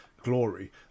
glory